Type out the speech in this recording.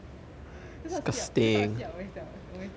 that's what xi ya that's what xi ya always tell me